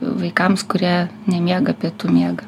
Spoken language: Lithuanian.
vaikams kurie nemiega pietų miegą